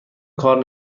کار